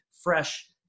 fresh